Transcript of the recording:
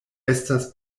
estas